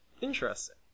interesting